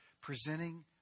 presenting